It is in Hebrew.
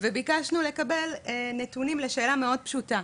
וביקשנו לקבל נתונים לשאלה מאד פשוטה.